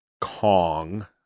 Kong